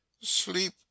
sleep